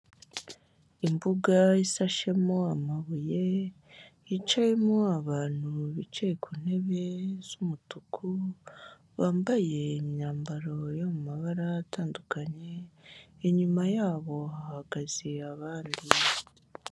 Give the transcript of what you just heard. Imbuga isashemo amabuye, yicayemo abantu bicaye ku ntebe z'umutuku, bambaye imyambaro yo mu mabara atandukanye, inyuma yabo hahagaze abandi.